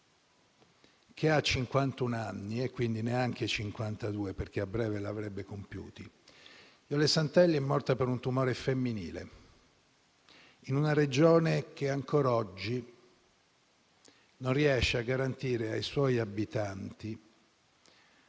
- cinquantuno anni, neanche 52, perché a breve li avrebbe compiuti. Jole Santelli è morta per un tumore femminile, in una Regione che, ancora oggi, non riesce a garantire ai suoi abitanti